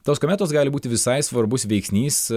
tos kometos gali būti visai svarbus veiksnys